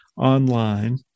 online